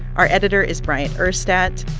our editor is bryant urstadt.